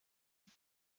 sens